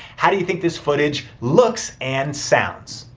how do you think this footage looks and sounds.